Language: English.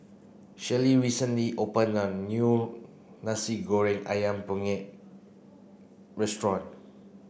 Sherie recently opened a new Nasi Goreng Ayam Kunyit restaurant